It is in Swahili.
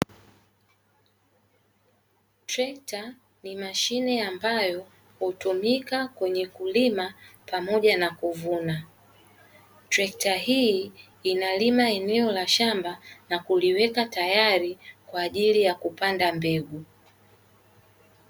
Trekta ni mashine ambayo hutumika kwenye kulima pamoja na kuvuna. Trekta hii inalima eneo la shamba na kuliweka tayari kwa ajili ya kupanda mbegu.